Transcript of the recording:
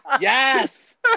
Yes